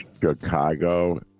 Chicago